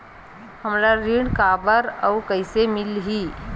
हमला ऋण काबर अउ कइसे मिलही?